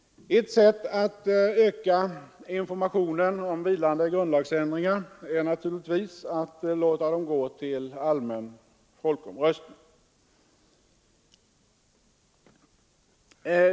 Ett sätt att öka informationen om vilande grundlagsändringar är naturligtvis att låta dem gå till allmän folkomröstning.